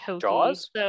Jaws